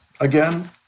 again